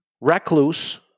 Recluse